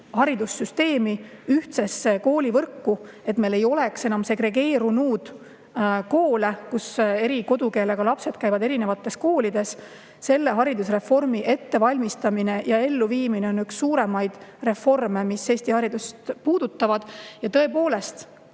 haridussüsteemi, ühtsesse koolivõrku, et meil ei oleks enam segregeerunud koole, ei oleks seda, et eri kodukeelega lapsed käivad erinevates koolides. Selle reformi ettevalmistamine ja elluviimine on üks suurimaid ettevõtmisi, mis Eesti haridust puudutab. Tõepoolest